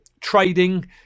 trading